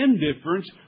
indifference